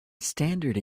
standard